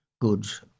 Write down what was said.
goods